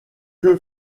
que